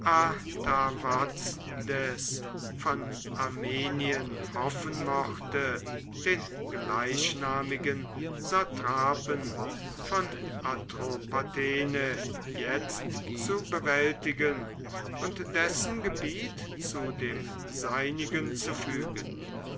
von armenien hoffen mochte den gleichnamigen satrapen von atropatene jetzt zu bewältigen und dessen gebiet zu dem seinigen zu fügen